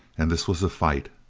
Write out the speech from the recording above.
and this was a fight!